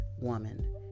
woman